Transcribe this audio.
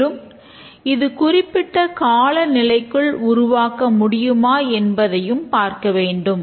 மேலும் இது குறிப்பிட்ட கால நிலைக்குள் உருவாக்க முடியுமா என்பதையும் பார்க்கவேண்டும்